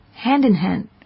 hand-in-hand